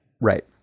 Right